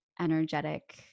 energetic